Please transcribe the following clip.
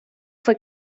fue